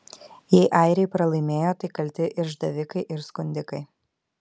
jei airiai pralaimėjo tai kalti išdavikai ir skundikai